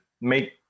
make